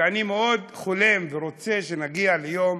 ואני מאוד חולם ורוצה שנגיע ליום